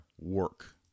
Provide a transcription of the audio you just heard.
work